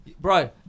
Bro